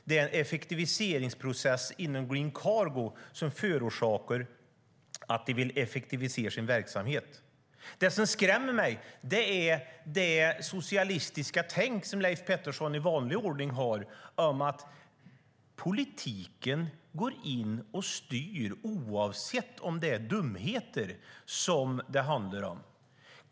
Det är en effektiviseringsprocess inom Green Cargo som gör att de vill effektivisera sin verksamhet. Det som skrämmer mig är det socialistiska tänk som Leif Pettersson i vanlig ordning har. Politiken går in och styr oavsett om det är dumheter det handlar om.